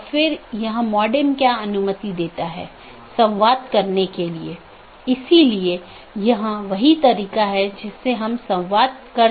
जब एक BGP स्पीकरों को एक IBGP सहकर्मी से एक राउटर अपडेट प्राप्त होता है तो प्राप्त स्पीकर बाहरी साथियों को अपडेट करने के लिए EBGP का उपयोग करता है